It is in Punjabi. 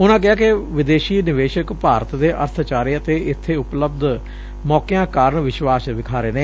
ਉਨਾ ਕਿਹਾ ਕਿ ਵਿਦੇਸ਼ੀ ਨਿਵੇਸ਼ਕ ਭਾਰਤ ਦੇ ਅਰਬਚਾਰੇ ਅਤੇ ਇਬੈ ਉਪਲੱਭਦ ਮੌਕਿਆਂ ਕਾਰਨ ਵਿਸਵਾਸ਼ ਵਿਖਾ ਰਹੇ ਨੇ